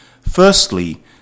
Firstly